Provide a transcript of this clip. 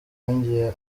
yongeye